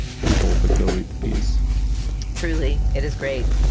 people, but go read the piece truly, it is great.